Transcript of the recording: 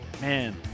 Man